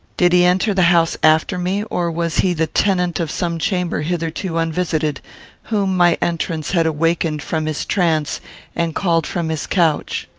did he enter the house after me, or was he the tenant of some chamber hitherto unvisited whom my entrance had awakened from his trance and called from his couch?